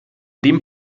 dem